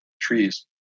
trees